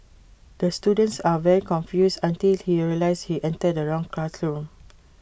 the students are very confused until he realised he entered the wrong classroom